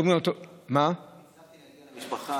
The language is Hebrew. הצלחתי להגיע למשפחה.